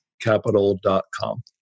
capital.com